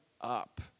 up